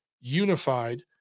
unified